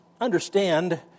understand